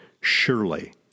Surely